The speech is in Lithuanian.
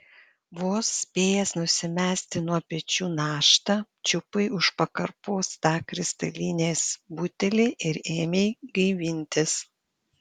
vos spėjęs nusimesti nuo pečių naštą čiupai už pakarpos tą kristalinės butelį ir ėmei gaivintis